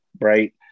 right